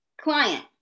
Client